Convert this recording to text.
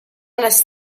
les